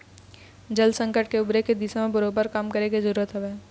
जल संकट ले उबरे के दिशा म बरोबर काम करे के जरुरत हवय